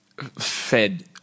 fed